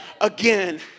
again